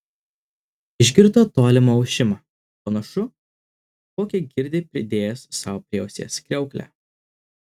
išgirdo tolimą ošimą panašų kokį girdi pridėjęs sau prie ausies kriauklę